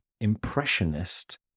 impressionist